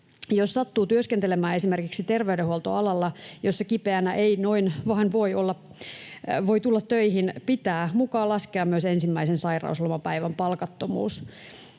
Jos sattuu työskentelemään esimerkiksi terveydenhuoltoalalla, jossa kipeänä ei noin vaan voi tulla töihin, pitää mukaan laskea myös ensimmäisen sairauslomapäivän palkattomuus.